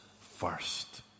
first